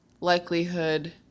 likelihood